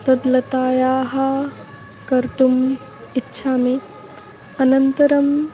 तद् लतायाः कर्तुम् इच्छामि अनन्तरम्